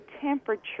temperature